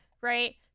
right